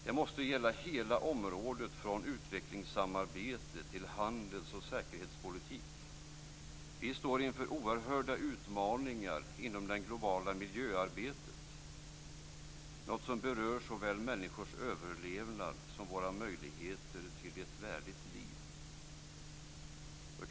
Det måste gälla hela området från utvecklingssamarbete till handels och säkerhetspolitik. Vi står inför oerhörda utmaningar inom det globala miljöarbetet, något som berör såväl människors överlevnad som våra möjligheter till ett värdigt liv.